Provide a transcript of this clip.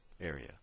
area